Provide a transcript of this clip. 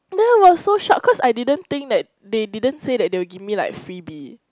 then I was so shock cause I didn't think that they didn't say that they will give me like freebie